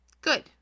Good